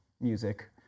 music